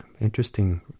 interesting